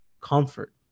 comfort